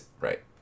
Right